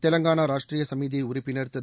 தெலங்கானா ராஷ்டிரிய கட்சி உறுப்பினர் திரு